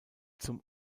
zum